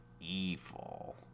Evil